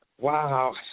Wow